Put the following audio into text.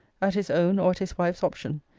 at his own or at his wife's option,